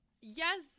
yes